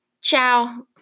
Ciao